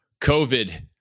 COVID